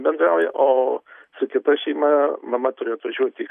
bendrauja o su kita šeima mama turi atvažiuoti į